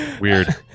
weird